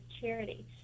charity